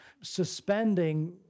suspending